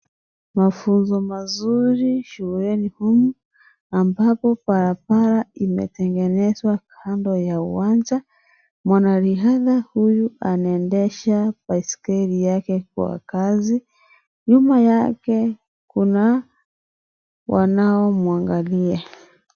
Mafunzo mazuri shuleni humu ambapo barabara imetengenezwa Kando ya uwanja . Mwanariadha huyu anaendesha baiskeli yake kwa kasi, nyuma yake kuna wanaomwangalia.